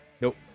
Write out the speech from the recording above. Nope